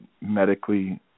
medically